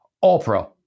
all-pro